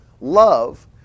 love